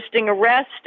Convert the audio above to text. arrest